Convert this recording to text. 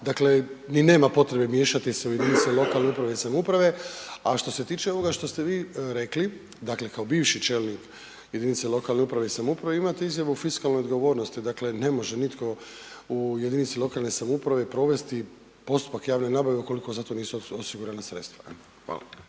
dakle ni nema potrebe miješati se u jedinice lokalne uprave i samouprave. A što se tiče ovoga što ste vi rekli, dakle kao bivši čelnik jedinice lokalne uprave i samouprave imate izjavu fiskalne odgovornosti, dakle ne može nitko u jedinici lokalne samouprave provesti postupak javne nabave ukoliko za to nisu osigurana sredstva.